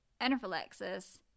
anaphylaxis